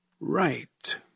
Right